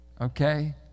Okay